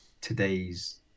today's